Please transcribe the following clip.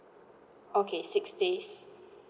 okay six days